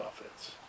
offense